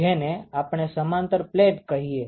જેને આપણે સમાંતર પ્લેટ કહીએ